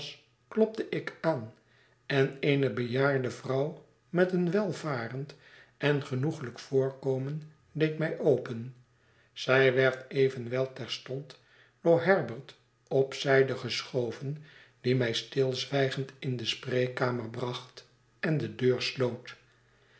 klopte ik aan en eene bejaarde vrouw met een welvarend en genoeglijk voorkomen deed mij open zij werd evenwel terstond door herbert op zijde geschoven die mij stilzwijgend in de spreekkamer bracht en de deur sloot